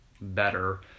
better